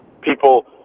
people